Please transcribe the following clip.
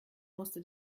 musste